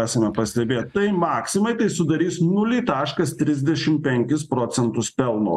esame pastebėję tai maksimai tai sudarys nulį taškas trisdešim penkis procentus pelno